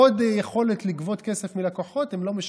עוד יכולת לגבות כסף מלקוחות, הם לא משחררים.